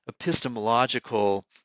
epistemological